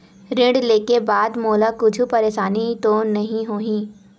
ऋण लेके बाद मोला कुछु परेशानी तो नहीं होही?